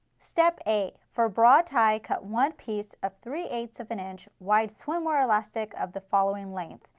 step eight, for bra tie, cut one piece of three eight ths of an inch, wide swimwear elastic of the following length.